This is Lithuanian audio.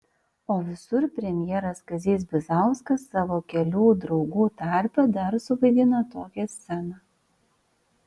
o visur premjeras kazys bizauskas savo kelių draugų tarpe dar suvaidina tokią sceną